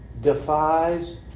defies